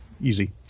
easy